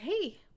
hey